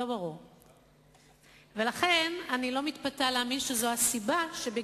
אם היה סבור שהוא ידאג רק לסקטור